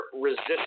resistant